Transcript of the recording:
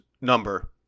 number